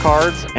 Cards